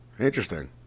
Interesting